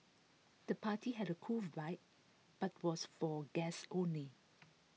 the party had A cool vibe but was for guests only